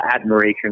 admiration